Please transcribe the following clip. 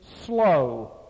slow